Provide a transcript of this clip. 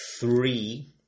three